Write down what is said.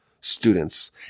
students